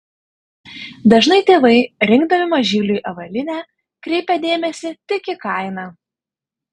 dažnai tėvai rinkdami mažyliui avalynę kreipia dėmesį tik į kainą